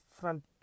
front